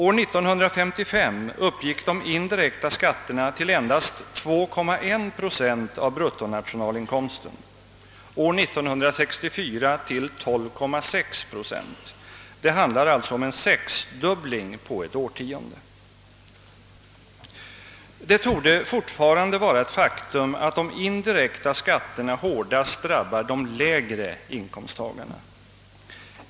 år 1955 uppgick de indirekta skatterna till endast 2,1 procent av bruttonationalinkomsten, år 1964 till 12,6 procent. Det handlar alltså om en sexdubbling på ett årtionde. Det är fortfarande ett faktum att de indirekta skatterna hårdast drabbar de lägre inkomsttagarna.